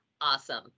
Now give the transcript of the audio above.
Awesome